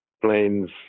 planes